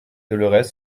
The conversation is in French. dolorès